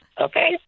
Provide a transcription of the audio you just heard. okay